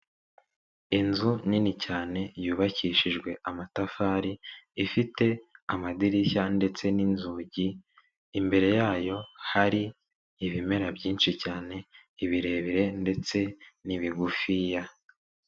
Inzu nini cyane, yubakishijwe amatafari, ifite amadirishya ndetse n'inzugi, imbere yayo hari ibimera byinshi cyane ibirebire ndetse n'ibigufiya.